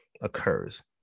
occurs